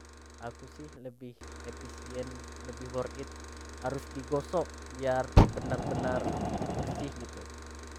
Aku sih lebih efisien lebih worth it harus digosok biar benar-benar bersih gitu